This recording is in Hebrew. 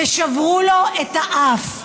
ושברו לו את האף.